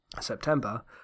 September